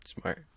Smart